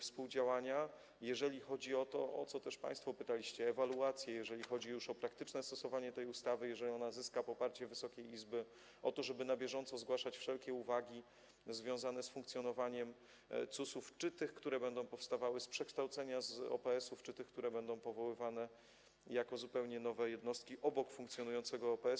współdziałania, jeżeli chodzi o to, o co państwo pytaliście, ewaluację, jeżeli chodzi o praktyczne stosowanie tej ustawy, jeżeli ona zyska poparcie Wysokiej Izby, o to, żeby na bieżąco zgłaszać wszelkie uwagi związane z funkcjonowaniem CUS-ów, tych, które będą powstawały z przekształcenia OPS-ów, czy tych, które będą powoływane jako zupełnie nowe jednostki, obok funkcjonującego OPS-u.